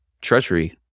treasury